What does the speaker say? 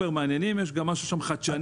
יש שם גם משהו חדשני.